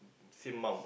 same mum what